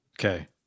Okay